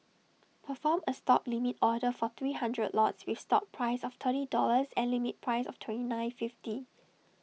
perform A stop limit order for three hundred lots with stop price of thirty dollars and limit price of twenty nine fifty